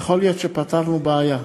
יכול להיות שפתרנו בעיה,